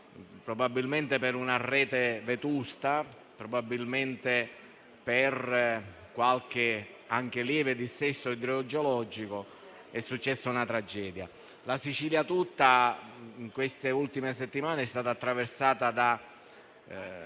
probabilmente per una rete vetusta, probabilmente anche per qualche lieve dissesto idrogeologico, è successa una tragedia. Tutta la Sicilia in queste ultime settimane è stata attraversata da